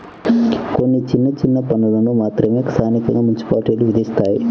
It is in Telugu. కొన్ని చిన్న చిన్న పన్నులను మాత్రమే స్థానికంగా మున్సిపాలిటీలు విధిస్తాయి